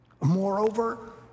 moreover